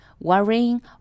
worrying